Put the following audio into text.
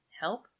help